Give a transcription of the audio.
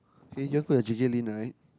can you just put the J-J-Lin right